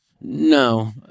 no